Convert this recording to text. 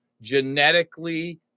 genetically